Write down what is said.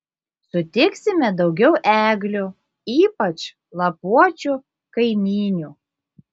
sutiksime daugiau eglių ypač lapuočių kaimynių